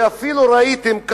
ואפילו ראיתם,